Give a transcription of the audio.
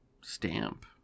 stamp